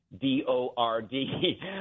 d-o-r-d